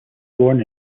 born